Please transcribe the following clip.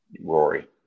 Rory